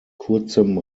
kurzem